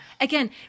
Again